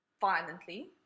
violently